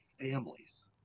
families